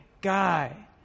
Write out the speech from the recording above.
guy